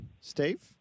Steve